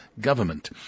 government